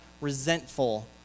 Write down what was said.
resentful